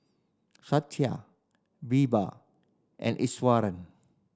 Satya Birbal and Iswaran